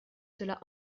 cela